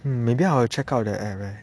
maybe I'll check out that app eh